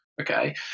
okay